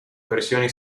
versioni